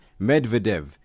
Medvedev